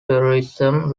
terrorism